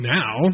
now